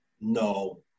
No